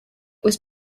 was